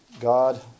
God